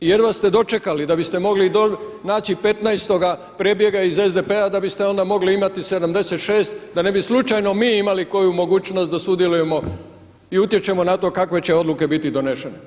I jedva ste dočekali da biste mogli naći i 15.-oga prebjega iz SDP-a da biste onda mogli imati 76 da ne bi slučajno mi imali koju mogućnost da sudjelujemo i utječemo na to kakve će odluke biti donesene.